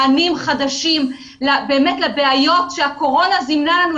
מענים חדשים לבעיות שהקורונה זימנה לנו,